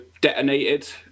detonated